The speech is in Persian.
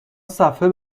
صفحه